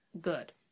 good